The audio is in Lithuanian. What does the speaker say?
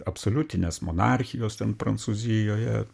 absoliutinės monarchijos ten prancūzijoje